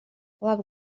labi